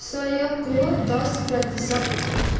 सयको दस प्रतिशत